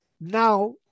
Now